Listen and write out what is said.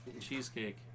Cheesecake